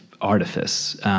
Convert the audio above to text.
artifice